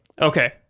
Okay